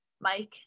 Mike